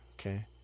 Okay